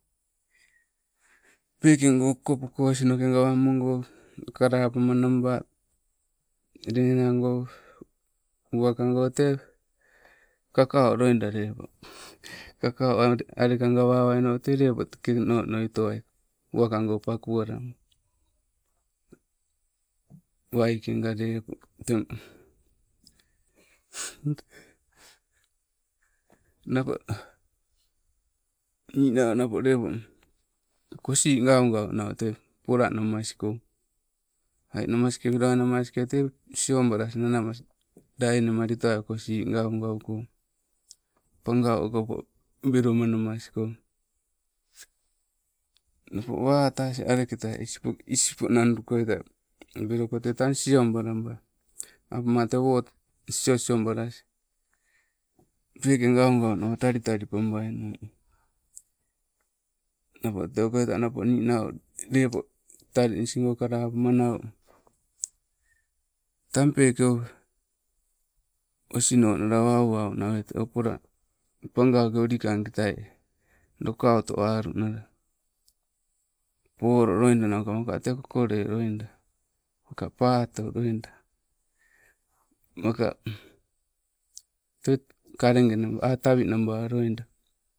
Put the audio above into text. Peekengo okopako osinoke gawammogo kalapamma naba, lelego, uwakango tee, kakau loida lepo, kakau o tee aleka gawawaino tee lepo tekee ono onoitoai, uwakago pakualama. Waikenga lepo tengo napo niino lepo kosii gaugau nautee, polanamasko, ainamaske olanamaske tee siobalas nanamas lainemalitoai kosi gaugauko, pagau okopo weloma namasko. Napo wata asing aleketai isppo ispoo nandoko tai weloko tang sioballabai apamma teeno siosio balas. Peke gaugau nawa talitalipabaino, nappo teukoita nappo ninau lepo talinisgo kalepama nau, tang peke oh osinnonnala awa owawana oh pola, pagauke ulikangketa lukauto alu nala polo loida nauka maaka tee kokole loida maka patoo loida, maka tee kalenge a- tawi namba loida.